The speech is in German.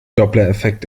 dopplereffekt